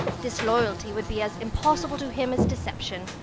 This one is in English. disloyalty would be as impossible to him as deception.